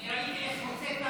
ראיתי איך הוצאת,